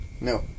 No